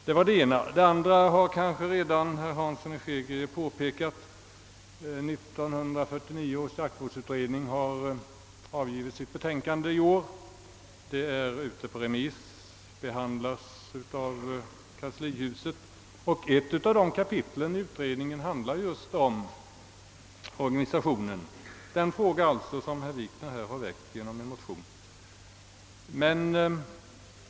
Herr Hansson i Skegrie har redan påpekat att 1949 års jaktvårdsutredning har avgivit sitt betänkande i år. Det är nu ute på remiss och behandlas i kanslihuset. Ett av kapitlen i detta betänkande handlar just om organisationen, alltså den fråga som herr Wikner har aktualiserat genom sin motion.